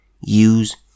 use